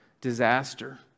disaster